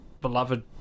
beloved